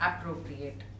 appropriate